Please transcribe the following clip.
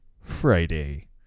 Friday